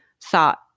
thought